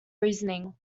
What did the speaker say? reasoning